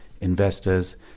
investors